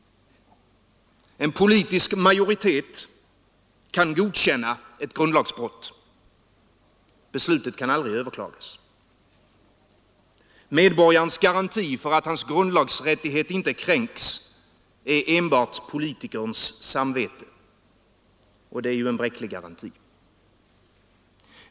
En politisk majoritet kan godkänna ett grundlagsbrott. Beslutet kan aldrig överklagas. Medborgarens garanti för att hans grundlagsrättighet inte kränks är enbart politikerns samvete. Det är en bräcklig garanti.